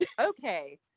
Okay